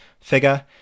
figure